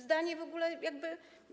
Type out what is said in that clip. Zdanie w ogóle jakby.